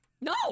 No